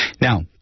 Now